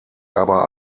aber